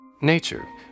Nature